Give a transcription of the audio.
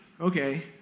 okay